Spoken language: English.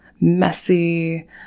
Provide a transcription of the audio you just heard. messy